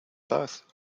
both